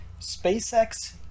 SpaceX